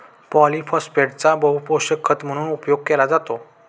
पॉलिफोस्फेटचा बहुपोषक खत म्हणून उपयोग केला जातो